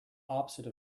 opposite